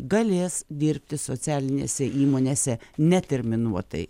galės dirbti socialinėse įmonėse neterminuotai